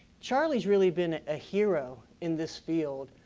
charlie's really been a hero in this field.